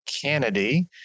Kennedy